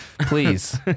Please